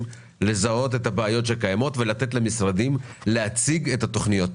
לזהות את הבעיות שקיימות ולתת למשרדים להציג את התוכניות.